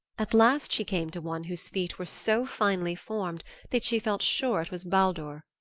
at last she came to one whose feet were so finely formed that she felt sure it was baldur.